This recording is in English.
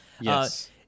Yes